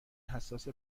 حساس